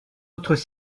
autres